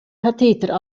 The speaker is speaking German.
katheter